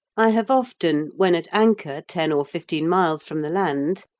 i have often, when at anchor ten or fifteen miles from the land,